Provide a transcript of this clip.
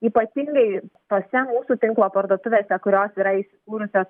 ypatingai tose mūsų tinklo parduotuvėse kurios yra įsikūrusios